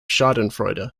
schadenfreude